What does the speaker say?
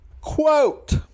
Quote